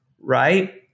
right